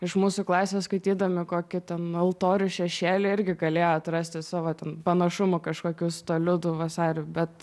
iš mūsų klasės skaitydami kokį ten altorių šešėly irgi galėjo atrasti savo ten panašumų kažkokių su tuo liudu vasariu bet